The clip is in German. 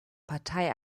partei